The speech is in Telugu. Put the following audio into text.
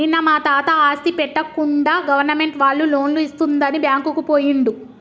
నిన్న మా తాత ఆస్తి పెట్టకుండా గవర్నమెంట్ వాళ్ళు లోన్లు ఇస్తుందని బ్యాంకుకు పోయిండు